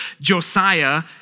Josiah